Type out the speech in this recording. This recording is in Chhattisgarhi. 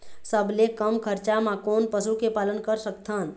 सबले कम खरचा मा कोन पशु के पालन कर सकथन?